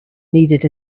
needed